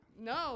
No